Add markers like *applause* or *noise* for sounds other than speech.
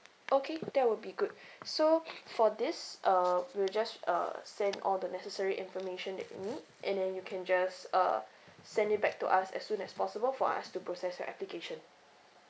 okay *noise* that will be good *breath* so *noise* for this uh we'll just uh send all the necessary information that you need and then you can just uh send it back to us as soon as possible for us to process your application